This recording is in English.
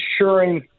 ensuring